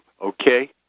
okay